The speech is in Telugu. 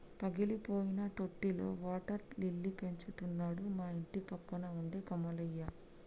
పగిలిపోయిన తొట్టిలో వాటర్ లిల్లీ పెంచుతున్నాడు మా ఇంటిపక్కన ఉండే కమలయ్య